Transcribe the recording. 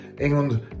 England